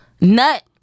nut